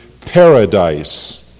paradise